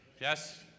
Yes